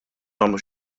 nagħmlu